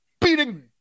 beating